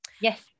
Yes